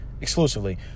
exclusively